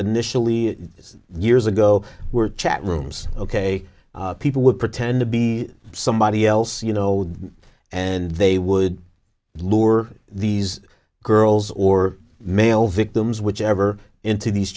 initially years ago were chat rooms ok people would pretend to be somebody else you know and they would lure these girls or male victims whichever into these